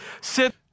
sit